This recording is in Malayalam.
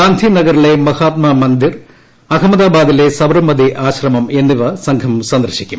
ഗാന്ധി നഗറിലെ മഹാത്മാമന്ദിർ അഹമ്മദാബാദിലെ സബർമതി ആശ്രമം എന്നിവ സംഘം സന്ദർശിക്കും